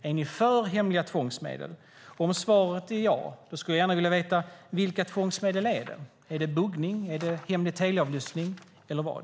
Är ni för hemliga tvångsmedel? Om svaret är ja skulle jag vilja veta vilka tvångsmedel som avses. Är det buggning, hemlig teleavlyssning eller vad?